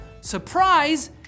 surprise